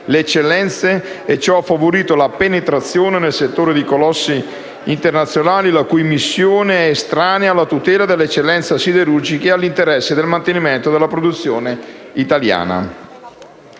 le eccellenze: ciò ha favorito la penetrazione nel settore di colossi internazionali, la cui missione è estranea alla tutela dell'eccellenza siderurgica e all'interesse del mantenimento della produzione italiana.